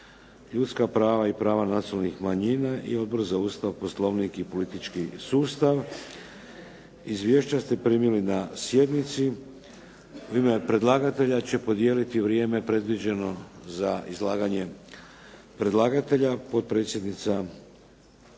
ljudska prava i prava nacionalnih manjina i Odbor za Ustav, Poslovnik i politički sustav. Izvješća ste primili na sjednici. U ime predlagatelja će podijeliti vrijeme predviđeno za izlaganje predlagatelja, potpredsjednica Vlade